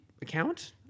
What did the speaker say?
Account